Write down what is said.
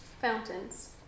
Fountains